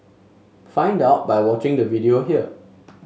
find out by watching the video here